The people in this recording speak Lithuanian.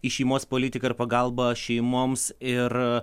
į šeimos politiką ir pagalbą šeimoms ir